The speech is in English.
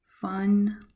fun